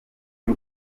byo